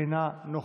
אינה נוכחת.